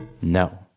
No